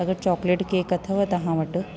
अगरि chocolate cake अथव तव्हां वटि